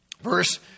verse